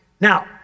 Now